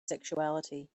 sexuality